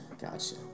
Gotcha